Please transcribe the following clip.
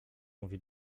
mówi